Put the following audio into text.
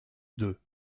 deux